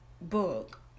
book